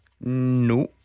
No